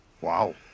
Wow